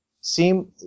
seem